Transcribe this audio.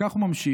כך הוא ממשיך.